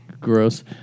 gross